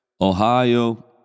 Ohio